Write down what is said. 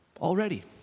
Already